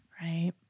right